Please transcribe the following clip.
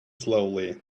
slowly